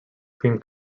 cream